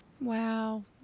Wow